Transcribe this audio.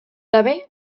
gabe